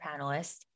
panelists